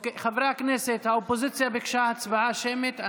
חברי הכנסת, האופוזיציה ביקשה הצבעה שמית.